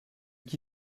qui